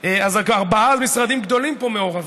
ארבעה משרדים גדולים פה מעורבים,